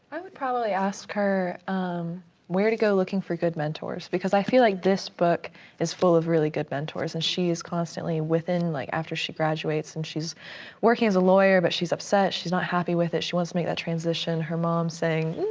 i would probably ask her um where to go looking for good mentors. because i feel like this book is full of really good mentors. and she is constantly within like, after she graduates and she's working as a lawyer. but she's upset, she's not happy with it. she wants to make that transition. her mom saying,